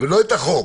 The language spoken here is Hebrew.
לא את החוק.